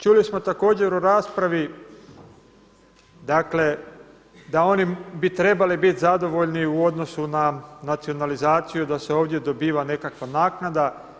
Čuli smo također u raspravi dakle da oni bi trebali biti zadovoljni u odnosu na nacionalizaciju, da se ovdje dobiva nekakva naknada.